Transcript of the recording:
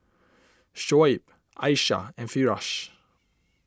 Shoaib Aisyah and Firash